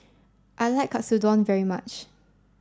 I like Katsudon very much